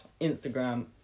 Instagram